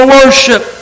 worship